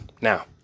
Now